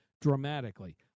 dramatically